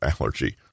allergy